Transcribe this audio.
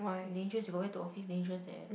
dangerous you got wear to office dangerous eh